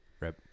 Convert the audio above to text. right